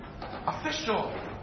official